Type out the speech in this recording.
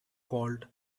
called